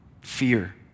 fear